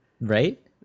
Right